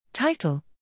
Title